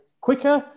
quicker